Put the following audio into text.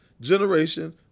generation